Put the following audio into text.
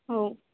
ହଉ